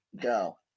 Go